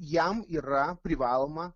jam yra privaloma